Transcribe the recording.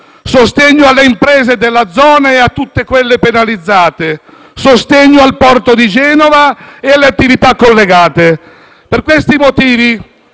sostegno alle imprese della zona e a tutte quelle penalizzate, sostegno al porto di Genova e alle attività collegate. Per questi motivi,